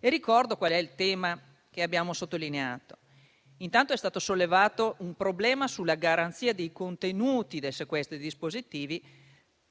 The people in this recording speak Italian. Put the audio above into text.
Ricordo qual è il tema che abbiamo sottolineato. Intanto, è stato sollevato un problema sulla garanzia dei contenuti del sequestro di dispositivi